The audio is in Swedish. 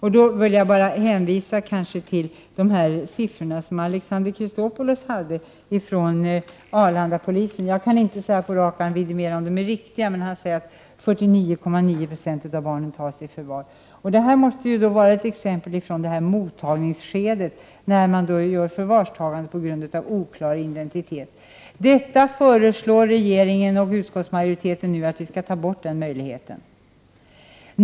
I detta sammanhang vill jag hänvisa till de siffror från Arlandapolisen som Alexander Chrisopoulos anförde. Jag kan inte på rak arm vidimera att de är riktiga. Han sade att 49,9 26 av barnen tas i förvar. Detta måste vara ett exempel från mottagningsskedet, när man tar i förvar på grund av oklar identitet. Regeringen och utskottsmajoriteten föreslår alltså nu att vi skall ta bort den möjligheten.